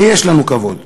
ויש לנו כבוד,